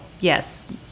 yes